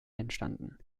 entstanden